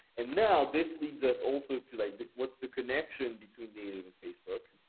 and now this leads us also to like, what's the connection between native and facebook?